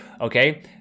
Okay